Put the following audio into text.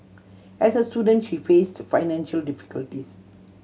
as a student she face to financial difficulties